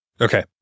okay